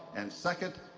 and, second,